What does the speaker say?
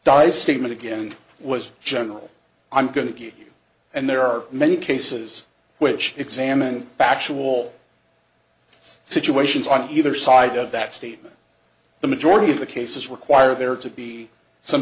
die statement again was general i'm going to give you and there are many cases which examined factual situations on either side of that statement the majority of the cases require there to be some